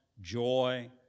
joy